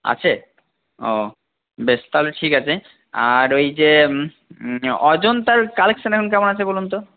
আছে ও বেশ তাহলে ঠিক আছে আর ওই যে অজন্তার কালেকশন এখন কেমন আছে বলুন তো